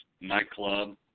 nightclub